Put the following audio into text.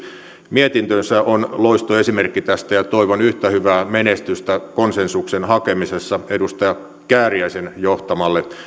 mietintönsä on loistoesimerkki tästä ja toivon yhtä hyvää menestystä konsensuksen hakemisessa edustaja kääriäisen johtamalle